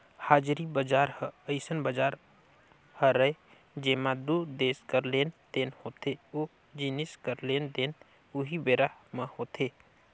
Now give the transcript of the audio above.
हाजिरी बजार ह अइसन बजार हरय जेंमा दू देस कर लेन देन होथे ओ जिनिस कर लेन देन उहीं बेरा म होथे